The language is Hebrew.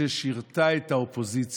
זאת הדרך שבה צריך לנהוג פה במשכן,